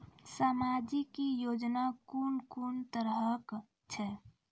समाजिक योजना कून कून तरहक छै?